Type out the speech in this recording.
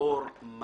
טובה של המשרד.